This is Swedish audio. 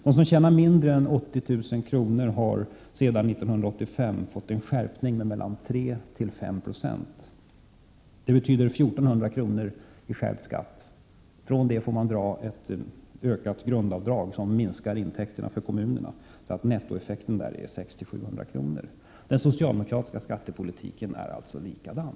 De som tjänar mindre än 80 000 kr. om året har sedan 1985 fått en skärpning av skatten med mellan 3 och 5 96. Det betyder 1 400 kr. i skärpt beskattning. Från detta får man dra ett ökat grundavdrag — som minskar intäkterna för kommunerna — och nettoeffekten är därmed 600-700 kr. Den socialdemokratiska skattepolitiken är alltså likadan.